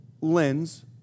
lens